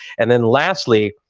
and then lastly,